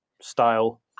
style